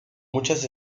muchas